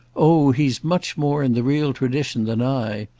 oh he's much more in the real tradition than i.